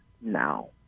now